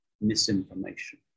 misinformation